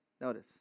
notice